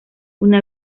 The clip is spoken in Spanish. una